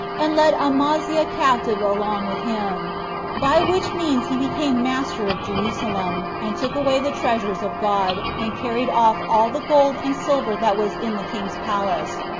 and led amaziah captive along with him by which means he became master of jerusalem, and took away the treasures of god, and carried off all the gold and silver that was in the king's palace,